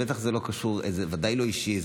זה ודאי לא אישי,